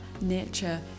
nature